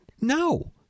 No